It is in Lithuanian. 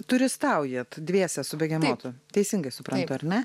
turistaujat dviese su begemotu teisingai suprantu ar ne